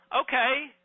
okay